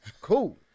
Cool